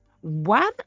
One